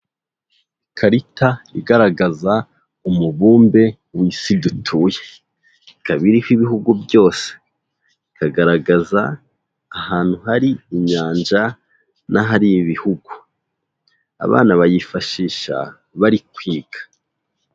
Ikarita igaragaza umubumbe w'isi dutuye, ikaba iriho ibihugu byose, ikagaragaza ahantu hari inyanja n'ahari ibihugu, abana bayifashisha bari kwiga.